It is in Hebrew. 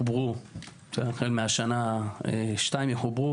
החל מהשנה שתיים יחוברו